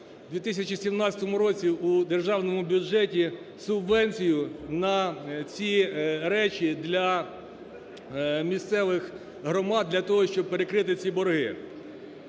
у 2017 році у державному бюджеті субвенцію на ці речі для місцевих громад для того, щоб перекрити ці борги.